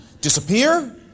disappear